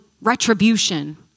retribution